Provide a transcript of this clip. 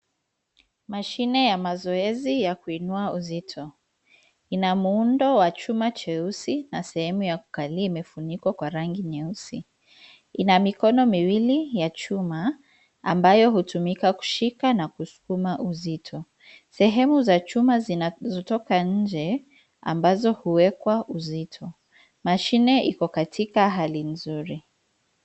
Mashine ya mazoezi ya kuinua uzito, ina muundo wa chuma cheusi na sehemu ya kukalia imefunikwa kwa rangi nyeusi, ina mikono miwili ya chuma ambayo hutumika kushika na kusukuma uzito. Sehemu za chuma zinazotoka njee ambazo huwekwa uzito. Mashine iko katika hali nzuri.